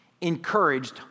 encouraged